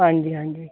ਹਾਂਜੀ ਹਾਂਜੀ